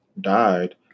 died